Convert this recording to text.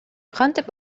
кантип